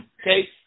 Okay